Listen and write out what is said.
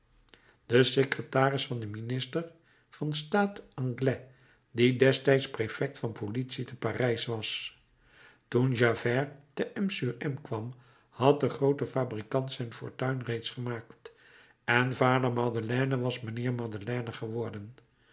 den secretaris van den minister van staat anglès die destijds prefect van politie te parijs was toen javert te m sur m kwam had de groote fabrikant zijn fortuin reeds gemaakt en vader madeleine was mijnheer madeleine geworden